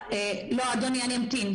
אדוני, אני אמתין.